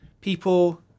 people